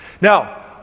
Now